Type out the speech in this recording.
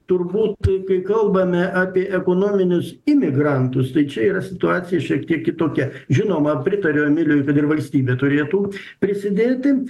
turbūt kai kalbame apie ekonominius imigrantus tai čia yra situacija šiek tiek kitokia žinoma pritariu emiliui ir valstybė turėtų prisidėti